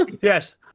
Yes